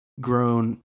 grown